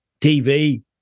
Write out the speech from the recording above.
TV